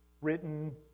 written